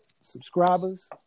subscribers